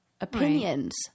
opinions